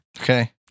Okay